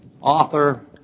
author